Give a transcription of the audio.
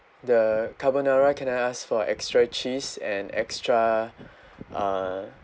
the carbonara can I ask for extra cheese and extra uh